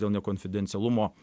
dėl nekonfidencialumo